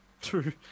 true